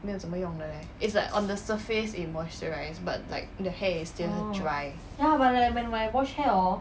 没有什么用的 leh it's like on the surface it moisturise but like the hair is still 很 dry